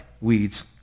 weeds